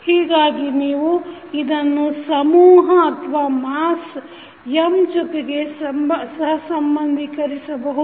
ಹೀಗಾಗಿ ನೀವು ಇದನ್ನು ಸಮೂಹ m ಜೊತೆಗೆ ಸಹಸಂಬಂಧಿಕರಿಸಬಹುದು